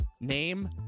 Name